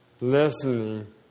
listening